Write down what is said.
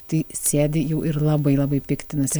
tai sėdi jau ir labai labai piktinasi